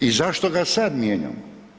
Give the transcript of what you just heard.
I zašto ga sad mijenjamo?